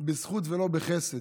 בזכות ולא בחסד,